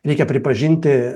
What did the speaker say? reikia pripažinti